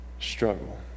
struggle